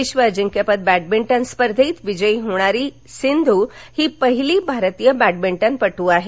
विश्व अजिंक्यपद बॅडमिंटन स्पर्धेत विजयी होणारी सिंधू ही पहिली भारतीय बॅडमिंटनपट्र आहे